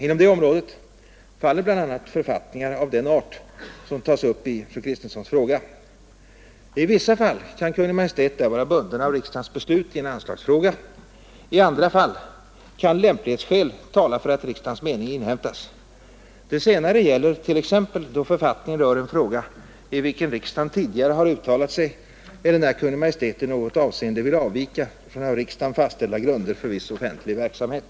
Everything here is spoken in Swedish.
Inom det området faller bl.a. författningar av den art som tas upp i fru Kristenssons fråga. I vissa fall kan Kungl. Maj:t vara bunden av riksdagens beslut i en anslagsfråga. I andra fall kan lämplighetsskäl tala för att riksdagens mening inhämtas. Det senare gäller t.ex. då författning rör en fråga i vilken riksdagen tidigare har uttalat sig eller när Kungl. Maj:t i något avseende vill avvika från av riksdagen fastställda grunder för viss offentlig verksamhet.